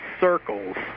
circles